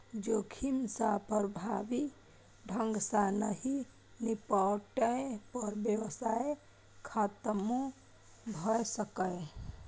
जोखिम सं प्रभावी ढंग सं नहि निपटै पर व्यवसाय खतमो भए सकैए